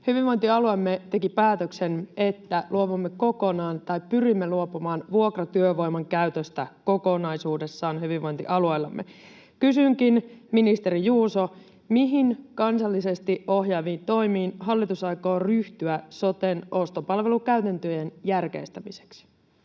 Hyvinvointialueemme teki päätöksen, että pyrimme luopumaan vuokratyövoiman käytöstä kokonaisuudessaan hyvinvointialueellamme. Kysynkin, ministeri Juuso: mihin kansallisesti ohjaaviin toimiin hallitus aikoo ryhtyä soten ostopalvelukäytäntöjen järkeistämiseksi?